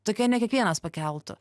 tokia ne kiekvienas pakeltų